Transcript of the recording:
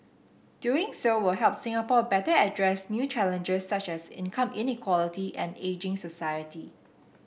doing so will help Singapore better address new challenges such as income inequality and ageing society